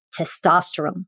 testosterone